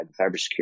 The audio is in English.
cybersecurity